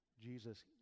Jesus